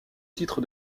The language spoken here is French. titre